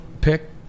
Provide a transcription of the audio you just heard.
pick